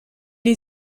est